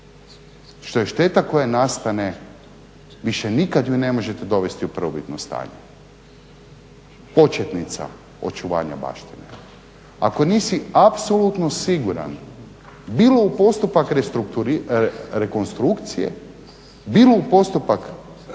što je šteta koja nastane više nikad ju ne možete dovesti u prvobitno stanje. Početnica očuvanja baštine. Ako nisi apsolutno siguran bilo u postupak rekonstrukcije, bilo u postupak